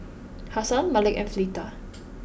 Hassan Malik and Fleta